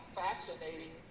fascinating